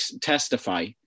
testify